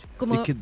Como